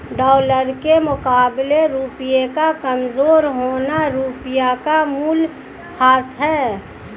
dollar के मुकाबले रुपए का कमज़ोर होना रुपए का मूल्यह्रास है